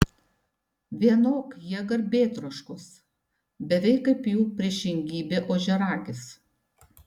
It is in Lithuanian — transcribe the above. vienok jie garbėtroškos beveik kaip jų priešingybė ožiaragis